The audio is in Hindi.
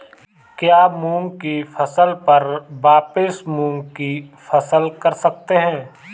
क्या मूंग की फसल पर वापिस मूंग की फसल कर सकते हैं?